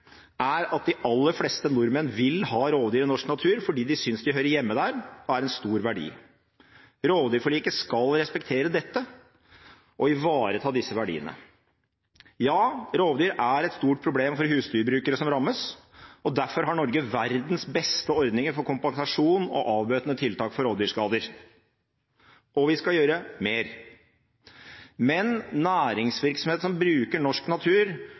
er at de aller fleste nordmenn vil ha rovdyr i norsk natur, fordi de syns de hører hjemme der og er en stor verdi. Rovdyrforliket skal respektere dette og ivareta disse verdiene. Ja, rovdyr er et stort problem for husdyrbrukere som rammes, og derfor har Norge verdens beste ordninger for kompensasjon og avbøtende tiltak for rovdyrskader – og vi skal gjøre mer. Men næringsvirksomhet som bruker norsk natur,